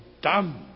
dumb